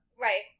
Right